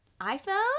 iPhone